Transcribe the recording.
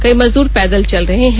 कई मजदूर पैदल चल रहे हैं